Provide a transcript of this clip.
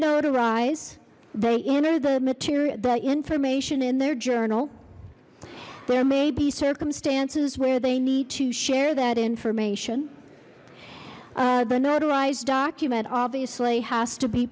notarize they enter the material the information in their journal there may be circumstances where they need to share that information the notarized document obviously has to be